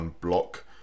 block